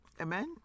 Amen